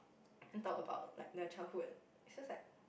then talk about like their childhood it's just like